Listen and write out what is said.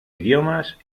idiomas